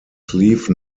sleeve